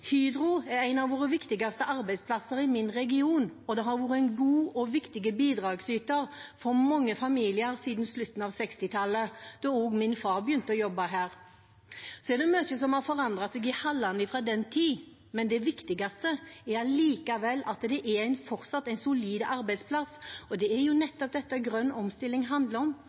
Hydro er en av de viktigste arbeidsplassene i min region, og det har vært en god og viktig bidragsyter for mange familier siden slutten av 1960-tallet, da også min far begynte å jobbe der. Det er mye som har forandret seg i hallene fra den tid, men det viktigste er allikevel at det fortsatt er en solid arbeidsplass. Det er jo nettopp dette grønn omstilling handler om,